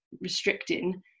restricting